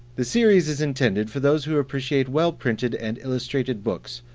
the series is intended for those who appreciate well printed and illustrated books,